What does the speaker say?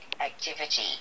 activity